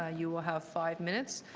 ah you will have five minutes.